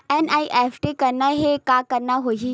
NEFT करना हे का करना होही?